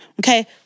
okay